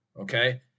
Okay